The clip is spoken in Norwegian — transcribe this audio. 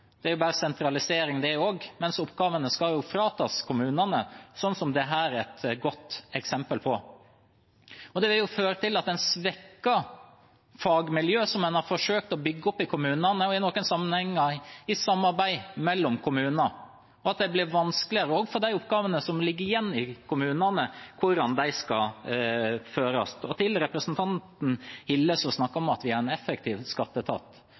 Det er jo bare sentralisering, det også, mens oppgavene skal fratas kommunene, noe dette er et godt eksempel på. Det vil føre til at en svekker fagmiljøet som en har forsøkt å bygge opp i kommunene, i noen sammenhenger i samarbeid mellom kommuner. Det blir vanskeligere også for de oppgavene som ligger igjen i kommunene – hvordan de skal utføres. Til representanten Hille, som snakket om at vi har en effektiv skatteetat: